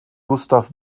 gustav